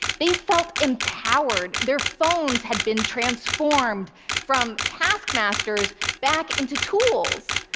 they felt empowered. their phones had been transformed from taskmasters back into tools.